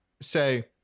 say